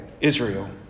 Israel